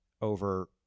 over